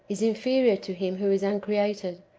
is inferior to him who is un created,